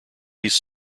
those